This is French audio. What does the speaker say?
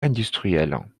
industrielle